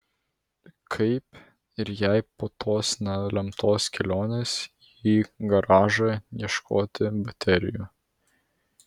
kaip ir jai po tos nelemtos kelionės į garažą ieškoti baterijų